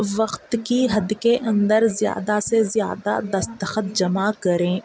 وقت کی حد کے اندر زیادہ سے زیادہ دستخط جمع کریں